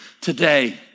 today